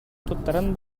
туттаран